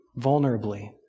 vulnerably